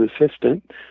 assistant